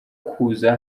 kuza